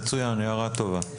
הערה טובה.